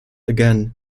again